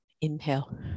Inhale